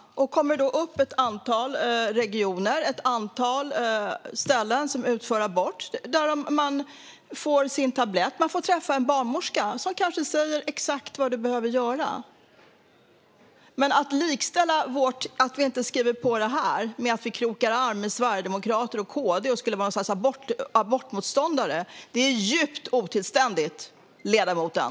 Då kommer det att komma upp ett antal regioner och ett antal ställen som utför abort där man får sin tablett. Man får träffa en barnmorska som kanske säger exakt vad man behöver göra. Att likställa att vi inte skriver på det här med att vi krokar arm med sverigedemokrater och kristdemokrater och skulle vara något slags abortmotståndare - det är djupt otillständigt, ledamoten.